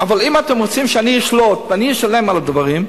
אבל אם אתם רוצים שאני אשלוט ואני אשלם על דברים,